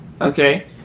Okay